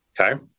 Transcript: Okay